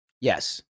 Yes